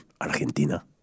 Argentina